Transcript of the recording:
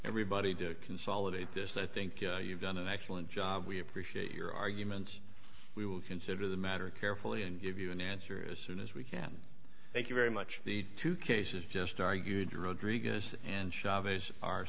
everybody to consolidate this i think you've done an excellent job we appreciate your argument we will consider the matter carefully and give you an answer as soon as we can thank you very much the two cases just argue